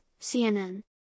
CNN